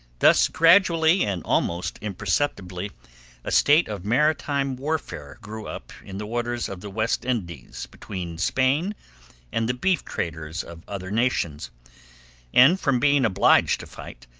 thus gradually and almost imperceptibly a state of maritime warfare grew up in the waters of the west indies between spain and the beef-traders of other nations and from being obliged to fight,